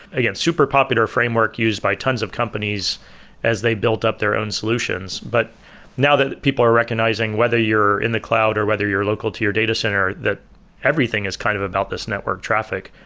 again, super popular framework used by tons of companies as they built up their own solutions. but now that people are recognizing whether you're in the cloud, or whether you're local to your data center that everything is kind of about this network traffic.